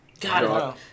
God